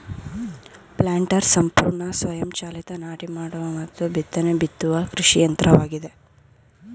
planters ಸಂಪೂರ್ಣ ಸ್ವಯಂ ಚಾಲಿತ ನಾಟಿ ಮಾಡುವ ಮತ್ತು ಬಿತ್ತನೆ ಬಿತ್ತುವ ಕೃಷಿ ಯಂತ್ರವಾಗಿದೆ